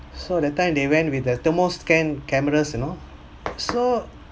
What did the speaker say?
so that time they went with thermo scan cameras you know so